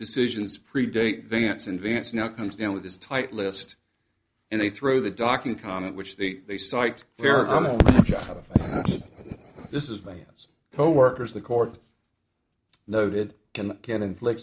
decisions pre date dance and dance now comes down with this tight list and they throw the docking comment which they they cite for this is man's coworkers the court noted can can inflict